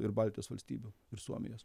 ir baltijos valstybių ir suomijos